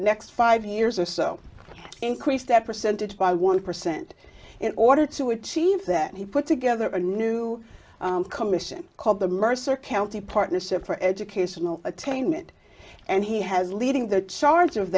next five years or so increase that percentage by one percent in order to achieve that he put together a new commission called the mercer county partnership for educational attainment and he has leading the charge of